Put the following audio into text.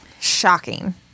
Shocking